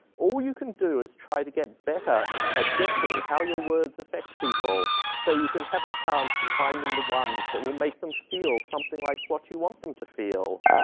all you can do is try to get better at guessing how your words affect people so you can have a chance of finding the ones that will make them feel something like what you want them to feel.